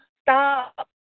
stop